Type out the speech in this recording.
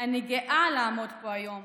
אני גאה לעמוד פה היום